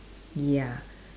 ya